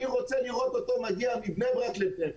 אני רוצה לראות אותו מגיע מבני-ברק לבאר-שבע,